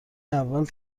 اول